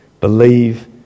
Believe